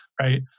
Right